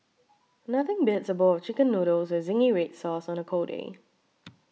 nothing beats a bowl of Chicken Noodles with Zingy Red Sauce on a cold day